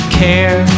care